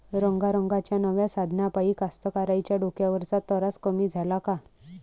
रंगारंगाच्या नव्या साधनाइपाई कास्तकाराइच्या डोक्यावरचा तरास कमी झाला का?